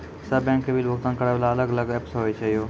सब बैंक के बिल भुगतान करे वाला अलग अलग ऐप्स होय छै यो?